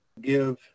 give